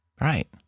Right